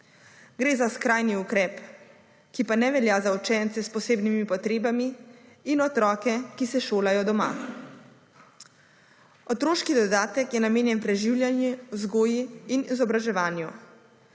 Gre za skrajni ukrep, ki pa ne velja za učence s posebnimi potrebami in otroke, ki se šolajo doma. Otroški dodatek je namenjen preživljanju, vzgoji in izobraževanju.